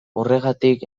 horregatik